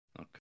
Okay